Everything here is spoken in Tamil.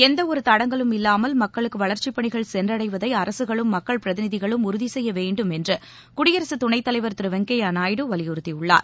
எந்தவொரு தடங்கலும் இல்லாமல் மக்களுக்கு வளர்ச்சி பணிகள் சென்றடைவதை அரசுகளும் மக்கள் பிரதிநிதிகளும் உறுதி செய்ய வேண்டும் என்று குடியரசு துணைத்தலைவர் திரு வெங்கையா நாயுடு வலிபுறுத்தியுள்ளார்